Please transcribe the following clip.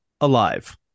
alive